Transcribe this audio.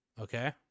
Okay